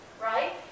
right